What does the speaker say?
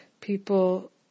People